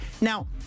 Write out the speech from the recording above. now